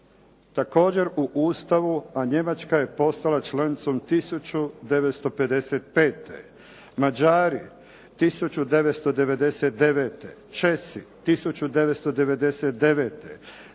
također u Ustavu, a Njemačka je postala članicom 1955. Mađari 1999. Česi 1999.